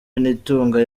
nitunga